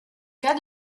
cas